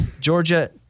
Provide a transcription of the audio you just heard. Georgia